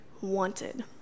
wanted